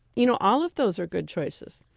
you know all of those are good choices.